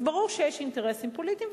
אז ברור שיש אינטרסים פוליטיים,